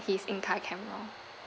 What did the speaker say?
his in car camera